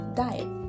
diet